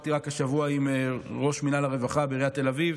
רק השבוע דיברתי עם ראש מינהל הרווחה בעיריית תל אביב,